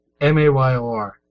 M-A-Y-O-R